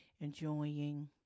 enjoying